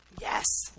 yes